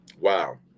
Wow